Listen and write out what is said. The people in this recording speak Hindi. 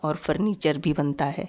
और फर्नीचर भी बनता है